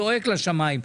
זועק לשמיים.